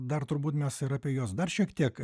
dar turbūt mes ir apie juos dar šiek tiek